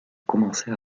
commencé